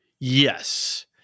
Yes